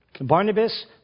Barnabas